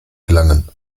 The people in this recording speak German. gelangen